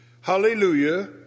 hallelujah